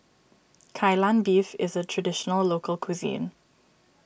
Kai Lan Beef is a Traditional Local Cuisine